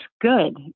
good